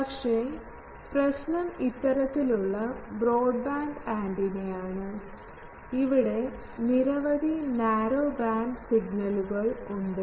പക്ഷെ പ്രശ്നം ഇത്തരത്തിലുള്ള ബ്രോഡ്ബാൻഡ് ആന്റിനയാണ് ഇവിടെ നിരവധി നാരോ ബാൻഡ് സിഗ്നലുകൾ ഉണ്ട്